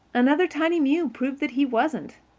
another tiny mew proved that he wasn't.